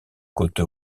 côte